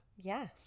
Yes